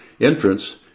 entrance